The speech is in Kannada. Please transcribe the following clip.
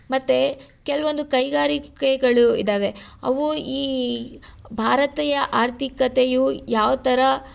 ಮತ್ತು ಕೆಲವೊಂದು ಕೈಗಾರಿಕೆಗಳು ಇದ್ದಾವೆ ಅವು ಈ ಭಾರತೀಯ ಆರ್ಥಿಕತೆಯು ಯಾವ ಥರ